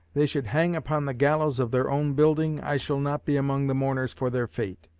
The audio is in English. they should hang upon the gallows of their own building, i shall not be among the mourners for their fate.